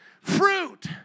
Fruit